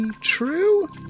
true